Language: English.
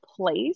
place